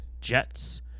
jets